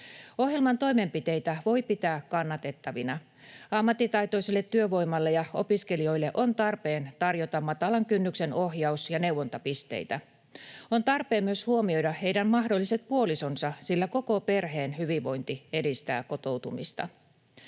Ohjelman toimenpiteitä voi pitää kannatettavina. Ammattitaitoiselle työvoimalle ja opiskelijoille on tarpeen tarjota matalan kynnyksen ohjaus- ja neuvontapisteitä. On tarpeen myös huomioida heidän mahdolliset puolisonsa, sillä koko perheen hyvinvointi edistää kotoutumista.